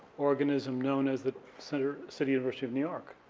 organism known as the center, city university of new york,